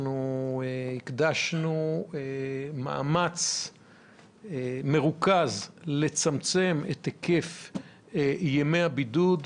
הקדשנו מאמץ מרוכז לצמצם את היקף ימי הבידוד,